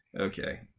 Okay